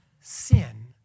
sin